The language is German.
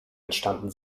entstanden